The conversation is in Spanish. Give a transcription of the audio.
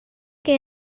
que